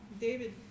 David